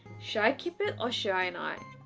should i keep it or shine? i?